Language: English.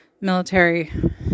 military